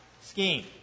scheme